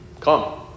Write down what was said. Come